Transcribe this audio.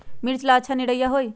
मिर्च ला अच्छा निरैया होई?